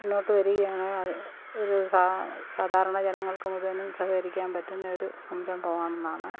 മുന്നോട്ട് വരികയാണെങ്കില് അത് ഒരു സാ സാധാരണ ജനങ്ങൾക്ക് മുഴുവനും സഹകരിക്കാൻ പറ്റുന്ന ഒരു സംരംഭമാണെന്നാണ്